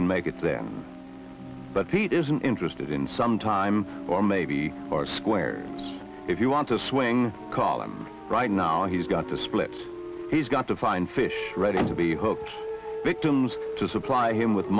can make it there but he isn't interested in some time or maybe foursquare if you want to swing call him right now he's got to split he's got to find fish ready to be hooked victims to supply him with